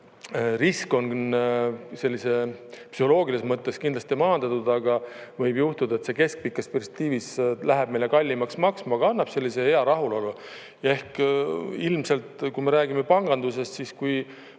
risk on psühholoogilises mõttes kindlasti maandatud, aga võib juhtuda, et see keskpikas perspektiivis läheb meile kallimaks maksma, aga annab sellise hea rahulolu. Ehk ilmselt, kui räägime pangandusest, siis kui